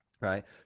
right